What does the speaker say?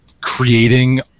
creating